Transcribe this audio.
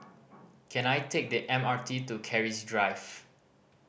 can I take the M R T to Keris Drive